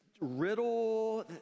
riddle—